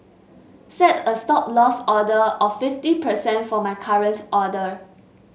set a Stop Loss order of fifty percent for my current order